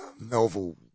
Melville